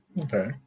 Okay